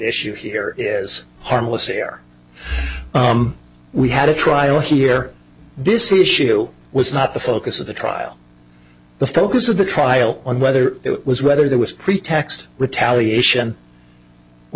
issue here is harmless here we had a trial here this issue was not the focus of the trial the focus of the trial on whether it was whether there was pretext retaliation or